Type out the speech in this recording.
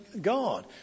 God